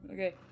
Okay